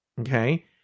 okay